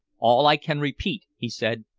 all i can repeat, he said,